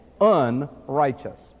unrighteous